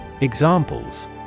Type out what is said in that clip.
Examples